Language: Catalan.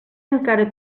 encara